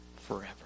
forever